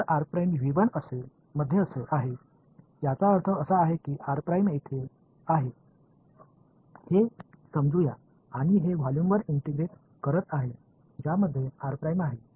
जर r मध्ये आहे याचा अर्थ असा आहे की r' येथे आहे हे समजूया आणि हे व्हॉल्यूमवर इंटिग्रेट करीत आहे ज्यामध्ये r' आहे